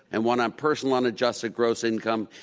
and one on personal unadjusted gross income.